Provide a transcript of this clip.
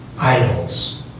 idols